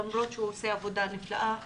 למרות שהוא עושה עבודה נפלאה,